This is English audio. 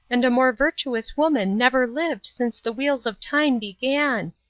and a more virtuous woman never lived since the wheels of time began.